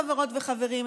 חברות וחברים,